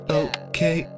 okay